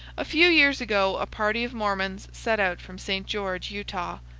a few years ago a party of mormons set out from st. george, utah,